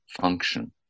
function